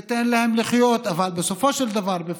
ו"תן להם לחיות", אבל בסופו של דבר בפועל,